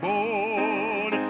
Born